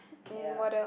ya